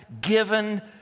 given